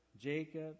Jacob